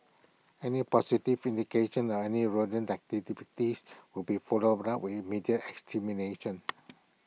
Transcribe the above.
any positive indication or any rodent will be followed up with immediate extermination